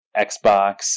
xbox